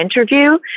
interview